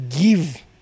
give